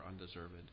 undeserved